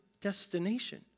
destination